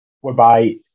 whereby